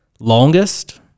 longest